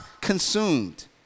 consumed